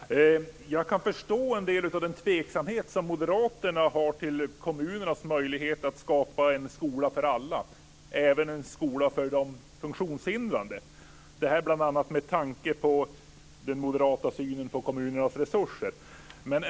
Herr talman! Jag kan förstå en del av moderaternas tveksamhet till kommunernas möjligheter att skapa en skola för alla, även en skola för de funktionshindrade; detta bl.a. med tanke på den moderata synen på kommunernas resurser.